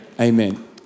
Amen